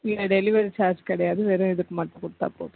இல்லை delivery charge கிடையாது வெறும் இதுக்கு மட்டும் கொடுத்தா போதும்